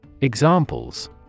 Examples